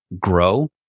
grow